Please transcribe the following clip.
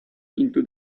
into